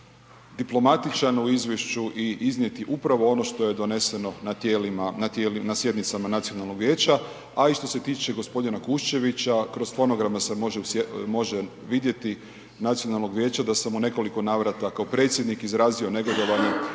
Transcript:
diplomatičan u izvješću i iznijeti upravo ono što je doneseno na sjednicama Nacionalnog vijeća, a i što se tiče g. Kuščevića, kroz fonograme se može vidjeti Nacionalnog vijeća da sam u nekoliko navrata kao predsjednik izrazio negodovanje